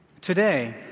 Today